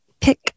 pick